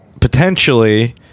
potentially